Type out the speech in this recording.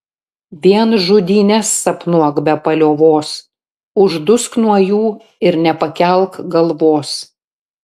vien žudynes sapnuok be paliovos uždusk nuo jų ir nepakelk galvos